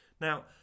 Now